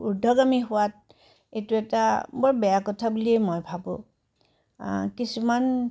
ঊৰ্ধগামী হোৱাত এইটো এটা বৰ বেয়া কথা বুলিয়ে মই ভাবোঁ কিছুমান